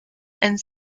and